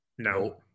No